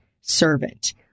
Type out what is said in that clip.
servant